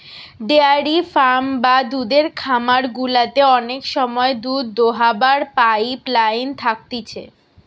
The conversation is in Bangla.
ডেয়ারি ফার্ম বা দুধের খামার গুলাতে অনেক সময় দুধ দোহাবার পাইপ লাইন থাকতিছে